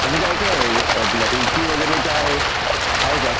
अजून काय काय आहे आपलं ए सी वगैरे काय आहे का